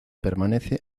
permanece